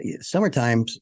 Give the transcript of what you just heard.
summertime